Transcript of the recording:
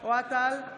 אוהד טל,